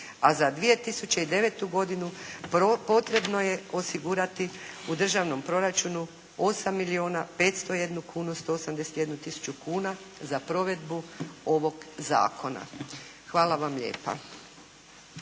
a za 2009. potrebno je osigurati u državnom proračunu 8 milijuna 501 kunu 181 tisuću kuna za provedbu ovog Zakona. Hvala vam lijepa.